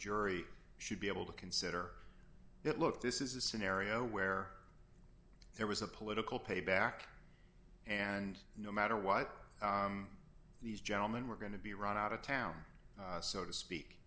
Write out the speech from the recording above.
jury should be able to consider that look this is a scenario where there was a political payback and no matter what these gentlemen were going to be run out of town so to speak